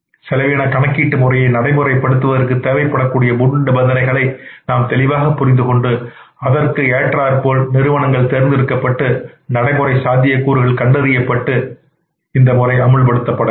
செலவின கணக்கீட்டு முறையை நடைமுறைப்படுத்துவதற்கு தேவைப்படக்கூடிய முன்நிபந்தனைகள் நாம் தெளிவாக புரிந்து கொண்டு அதற்கு ஏற்றாற்போல் நிறுவனங்கள் தேர்ந்தெடுக்கப்பட்டு நடைமுறை சாத்திய கூறுகள் கண்டறியப்பட்டு அமுல்படுத்தப்பட வேண்டும்